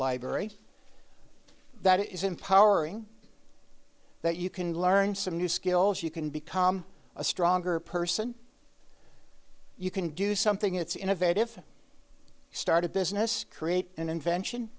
library that is empowering that you can learn some new skills you can become a stronger person you can do something it's innovative start a business create an invention